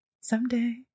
Someday